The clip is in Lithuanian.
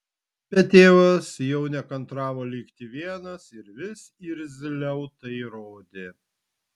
bet tėvas jau nekantravo likti vienas ir vis irzliau tai rodė